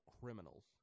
criminals